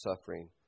suffering